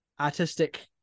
artistic